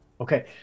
Okay